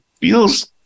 feels